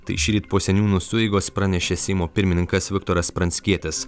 tai šįryt po seniūnų sueigos pranešė seimo pirmininkas viktoras pranckietis